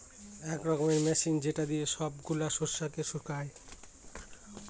এক রকমের মেশিন যেটা দিয়ে সব গুলা শস্যকে শুকায়